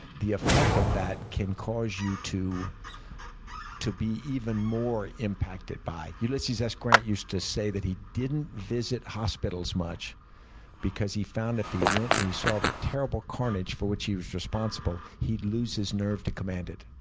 the effect of that can cause you to to be even more impacted by it. ulysses s. grant used to say that he didn't visit hospitals much because he found if he went and he saw the terrible carnage for which he was responsible, he'd lose his nerve to command it.